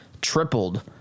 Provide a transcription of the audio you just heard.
tripled